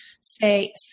say